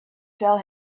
tell